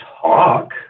talk